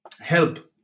help